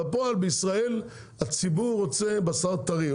בפועל בישראל הציבור רוצה בשר טרי,